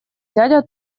дядя